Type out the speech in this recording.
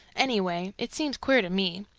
anyway, it seems queer to me.